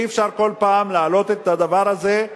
אי-אפשר כל פעם להעלות את הדבר הזה,